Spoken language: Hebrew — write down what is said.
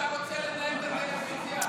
אתה רוצה לנהל את הטלוויזיה.